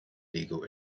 legal